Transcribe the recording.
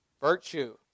Virtue